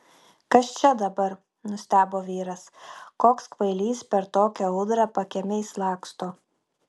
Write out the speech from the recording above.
kas čia dabar nustebo vyras koks kvailys per tokią audrą pakiemiais laksto